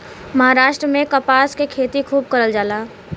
महाराष्ट्र में कपास के खेती खूब करल जाला